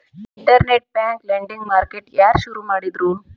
Internet bank lending market ಯಾರ್ ಶುರು ಮಾಡಿದ್ರು?